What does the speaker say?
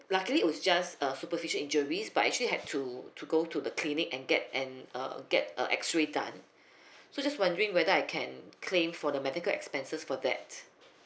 luckily was just a superficial injuries but actually had to to go to the clinic and get and uh get a X-ray done so just wondering whether I can claim for the medical expenses for that